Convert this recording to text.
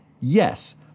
Yes